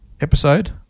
episode